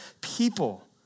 people